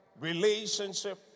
relationship